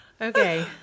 Okay